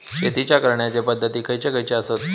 शेतीच्या करण्याचे पध्दती खैचे खैचे आसत?